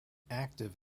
active